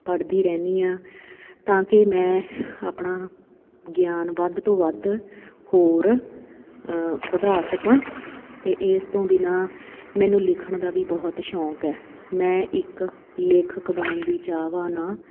ਪੜ੍ਹਦੀ ਰਹਿੰਦੀ ਹਾਂ ਤਾਂ ਕਿ ਮੈਂ ਆਪਣਾ ਗਿਆਨ ਵੱਧ ਤੋਂ ਵੱਧ ਹੋਰ ਵਧਾ ਸਕਾਂ ਅਤੇ ਇਸ ਤੋਂ ਬਿਨਾਂ ਮੈਨੂੰ ਲਿਖਣ ਦਾ ਵੀ ਬਹੁਤ ਸ਼ੌਕ ਹੈ ਮੈਂ ਇੱਕ ਲੇਖਕ ਬਣਨ ਦੀ ਚਾਹਵਾਨ ਹਾਂ